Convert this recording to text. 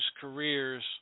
careers